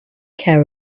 care